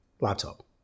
laptop